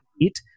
eat